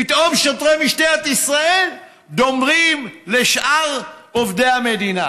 פתאום שוטרי משטרת ישראל דומים לשאר עובדי המדינה,